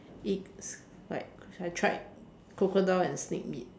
eat like I tried crocodile and snake meat